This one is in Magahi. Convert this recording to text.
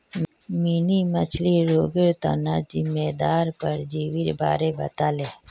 मिनी मछ्लीर रोगेर तना जिम्मेदार परजीवीर बारे बताले